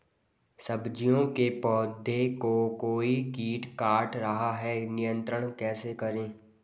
सब्जियों के पौधें को कोई कीट काट रहा है नियंत्रण कैसे करें?